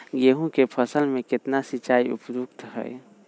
गेंहू के फसल में केतना सिंचाई उपयुक्त हाइ?